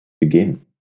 begin